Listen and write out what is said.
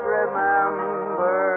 remember